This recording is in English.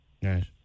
Yes